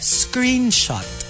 screenshot